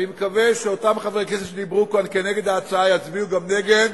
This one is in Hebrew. אני מקווה שאותם חברי כנסת שדיברו כאן נגד ההצעה גם יצביעו נגד,